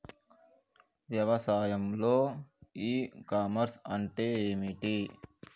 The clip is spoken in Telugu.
వ్యవసాయంలో ఇ కామర్స్ అంటే ఏమిటి?